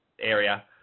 area